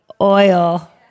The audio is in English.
Oil